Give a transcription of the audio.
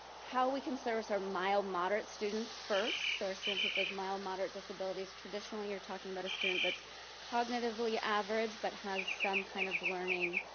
how we can service our mild moderate students first, so our students with those mild moderate disabilities traditionally, you're talking about a student that's cognitively average but has some kind of learning,